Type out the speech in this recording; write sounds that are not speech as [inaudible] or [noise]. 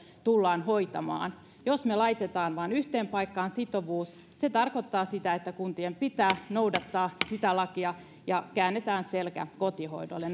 tullaan hoitamaan jos me laitamme vain yhteen paikkaan sitovuuden se tarkoittaa sitä että kuntien pitää noudattaa sitä lakia ja käännetään selkä kotihoidolle [unintelligible]